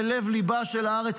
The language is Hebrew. ללב ליבה של הארץ,